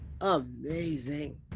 amazing